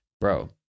bro